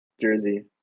jersey